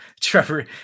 Trevor